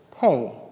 pay